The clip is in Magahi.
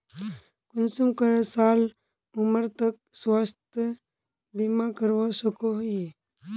कुंसम करे साल उमर तक स्वास्थ्य बीमा करवा सकोहो ही?